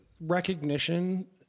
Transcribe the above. recognition